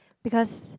because